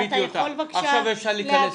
עכשיו אפשר להיכנס לנושא.